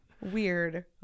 Weird